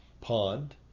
pond